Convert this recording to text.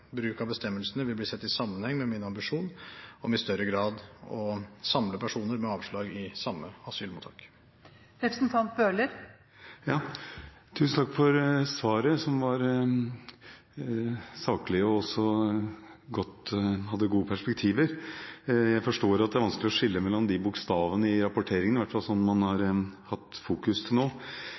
Bruk av bestemmelsene vil bli sett i sammenheng med min ambisjon om i større grad å samle personer med avslag i samme asylmottak. Tusen takk for svaret, som var saklig og også hadde gode perspektiver. Jeg forstår at det er vanskelig å skille mellom bokstavene i rapporteringen, i hvert fall slik fokuset har vært til nå.